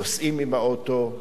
נוסעים עם האוטו,